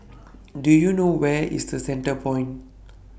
Do YOU know Where IS The Centrepoint